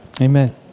amen